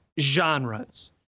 genres